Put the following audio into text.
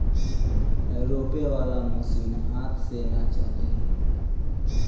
रोपे वाला मशीन हाथ से ना चली